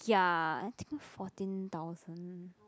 ya I think fourteen thousand